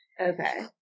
Okay